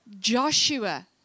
Joshua